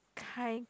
kind